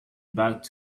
back